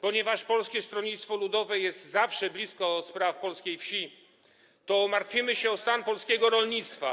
Ponieważ Polskie Stronnictwo Ludowe jest zawsze blisko spraw polskiej wsi, martwimy się o stan polskiego rolnictwa.